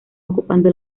ocupando